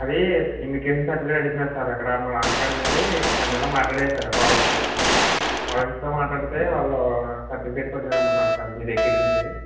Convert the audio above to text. అదీ immigration certificate అడుగుతున్నారు sir అక్కడ మా నాన్నగారు వెళ్ళీ చెన్నైలో మాట్లాడారు సార్ ఆ కాలేజ్తో కాలేజ్తో మాట్లాడితే వాళ్ళు సర్టిఫికేట్ పట్టుకుని రమ్మన్నారు సార్ మీ దగ్గర నుంచి